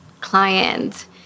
client